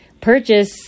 purchase